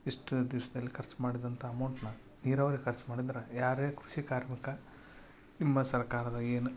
ಇಷ್ಟು ದಿವ್ಸದಲ್ಲಿ ಖರ್ಚು ಮಾಡಿದಂತ ಅಮೌಂಟನ್ನ ನೀರಾವರಿಗೆ ಖರ್ಚು ಮಾಡಿದ್ರೆ ಯಾರೆ ಕೃಷಿ ಕಾರ್ಮಿಕ ನಿಮ್ಮ ಸರ್ಕಾರದ ಏನು